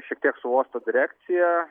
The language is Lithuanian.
šiek tiek su uosto direkcija